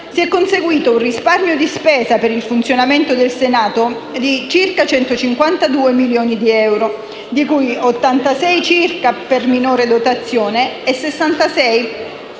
si è conseguito un risparmio di spesa per il funzionamento del Senato pari a circa 152 milioni di euro, di cui 86 circa per minore dotazione e 66